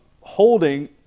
holding